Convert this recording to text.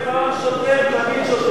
פעם שוטר, תמיד שוטר.